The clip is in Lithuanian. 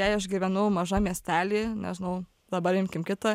jei aš gyvenu mažam miestely nežinau dabar imkim kitą